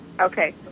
Okay